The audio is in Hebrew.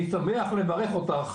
ציפי, אני שמח לברך אותך